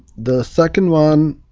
the second one,